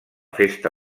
festa